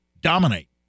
dominate